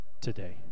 today